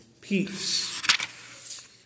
peace